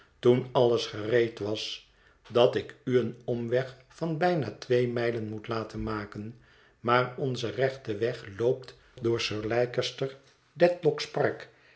toen alles gereed was dat ik u een omweg van bijna twee mijlen moet laten maken maar onze rechte weg loopt door sir leicester dedlock's park